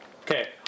Okay